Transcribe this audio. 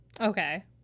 Okay